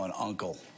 Uncle